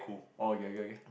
orh okay okay